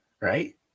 right